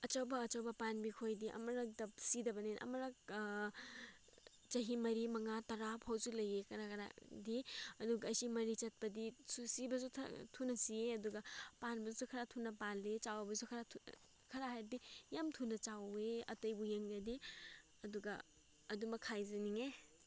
ꯑꯆꯧꯕ ꯑꯆꯧꯕ ꯄꯥꯝꯕꯤꯈꯣꯏꯗꯤ ꯑꯃꯨꯔꯛꯇ ꯁꯤꯗꯕꯅꯤ ꯑꯃꯨꯔꯛ ꯆꯍꯤ ꯃꯔꯤ ꯃꯉꯥ ꯇꯔꯥ ꯐꯥꯎꯁꯨ ꯂꯩꯌꯦ ꯈꯔ ꯈꯔꯗꯤ ꯑꯗꯨꯒ ꯑꯁꯤ ꯃꯔꯤ ꯆꯠꯄꯗꯤ ꯁꯨ ꯁꯤꯕꯁꯨ ꯈꯔ ꯊꯨꯅ ꯁꯤꯌꯦ ꯑꯗꯨꯒ ꯄꯥꯟꯕꯁꯨ ꯈꯔ ꯊꯨꯅ ꯄꯥꯜꯂꯦ ꯆꯥꯎꯕꯁꯨ ꯈꯔ ꯊꯨꯅ ꯈꯔ ꯍꯥꯏꯕꯗꯤ ꯌꯥꯝ ꯊꯨꯅ ꯆꯥꯎꯋꯦ ꯑꯇꯩꯕꯨ ꯌꯦꯡꯂꯗꯤ ꯑꯗꯨꯒ ꯑꯗꯨꯃꯛ ꯍꯥꯏꯖꯅꯤꯡꯉꯦ